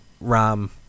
RAM